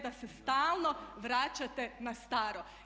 Da se stalno vraćate na staro.